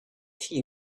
tea